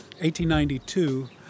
1892